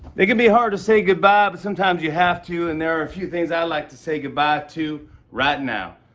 it can be hard to say goodbye, but sometimes, you have to. and there are a few things i like to say goodbye to right now.